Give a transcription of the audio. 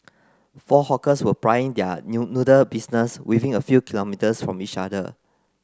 four hawkers were plying their new noodle business within a few kilometres from each other